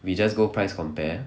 we just go price compare